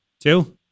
Two